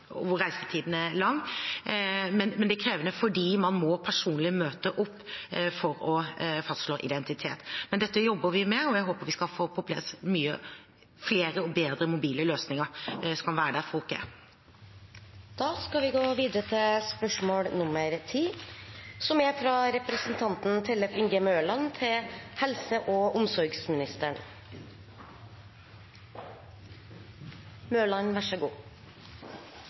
reisetiden er lang. Det er krevende fordi man må møte opp personlig for å fastslå identitet. Men dette jobber vi med, og jeg håper vi vil få på plass flere og bedre mobile løsninger som kan være der folk er. «Koronaoverlevere som har ligget på intensivavdeling, kan få betydelige helsemessige utfordringer. Fagfolk har advart om at vårt eksisterende rehabiliteringstilbud ikke er godt nok til